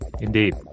Indeed